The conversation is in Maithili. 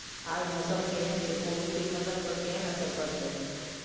आय मौसम केहन छै कोबी के फसल पर केहन असर परतै?